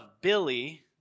Billy